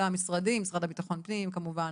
המשרדים הממשלתיים המשרד לביטחון פנים כמובן,